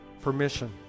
permission